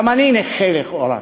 גם אני נכה לכאורה,